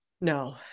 no